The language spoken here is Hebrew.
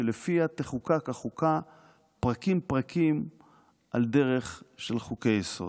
שלפיה תחוקק החוקה פרקים-פרקים על דרך של חוקי-יסוד.